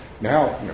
Now